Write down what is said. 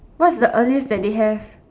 what's the earliest that they have